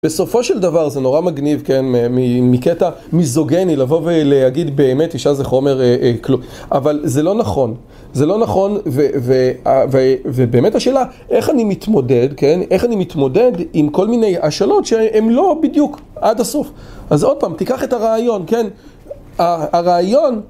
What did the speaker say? בסופו של דבר זה נורא מגניב, כן, מקטע מזוגני לבוא ולהגיד באמת אישה זה חומר כלום אבל זה לא נכון, זה לא נכון ובאמת השאלה איך אני מתמודד, כן, איך אני מתמודד עם כל מיני השאלות שהן לא בדיוק עד הסוף אז עוד פעם תיקח את הרעיון, כן, הרעיון